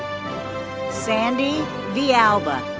sandy villalba.